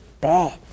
bad